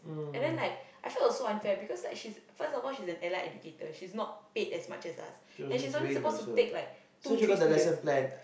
and then like I felt it was so unfair first of all she's an like educator she's not paid as much as us and she's only supposed to take like two three students